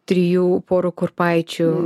trijų porų kurpaičių